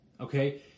okay